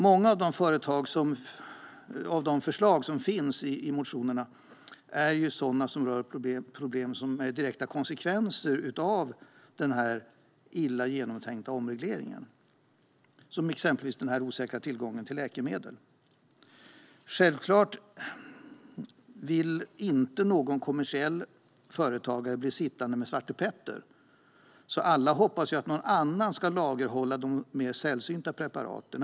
Många av de förslag som finns i motionerna är sådana som rör problem som är direkta konsekvenser av den här illa genomtänkta omregleringen, exempelvis den osäkra tillgången till läkemedel. Självklart vill inte någon kommersiell företagare bli sittande med Svarte Petter, så alla hoppas att någon annan ska lagerhålla de sällsynta preparaten.